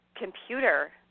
computer